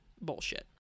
bullshit